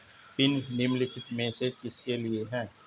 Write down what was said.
Pin निम्नलिखित में से किसके लिए है?